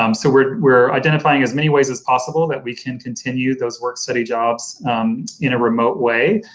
um so, we're we're identifying as many ways as possible that we can continue those work-study jobs in a remote way.